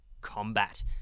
combat